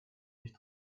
nicht